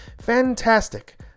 Fantastic